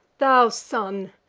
thou sun,